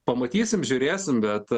pamatysim žiūrėsim bet